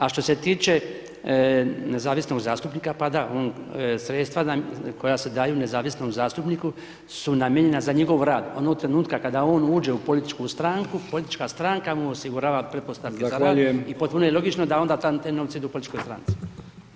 A što se tiče, nezavisnog zastupnika, pa da, on sredstva koja se daju nezavisnom zastupniku su namijenjena za njegov rad onog trenutka kada on uđe u političku stranku, politička stranka mu osigurava pretpostavke za rad [[Upadica: Zahvaljujem.]] i potpuno je logično da onda ta te novci idu političkoj stranici.